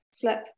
flip